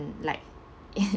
um like